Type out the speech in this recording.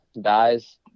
dies